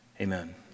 Amen